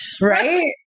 right